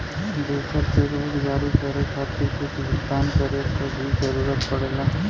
दूसर चेकबुक जारी करे खातिर कुछ भुगतान करे क भी जरुरत पड़ेला